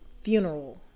funeral